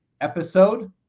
episode